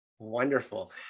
Wonderful